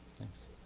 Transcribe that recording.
thanks.